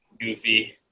goofy